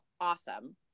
awesome